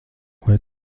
vai